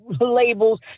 labels